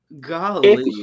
Golly